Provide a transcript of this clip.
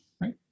right